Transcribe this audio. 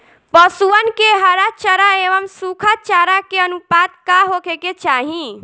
पशुअन के हरा चरा एंव सुखा चारा के अनुपात का होखे के चाही?